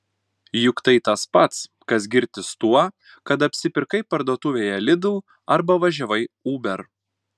juk tai tas pats kas girtis tuo kad apsipirkai parduotuvėje lidl arba važiavai uber